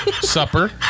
Supper